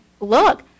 look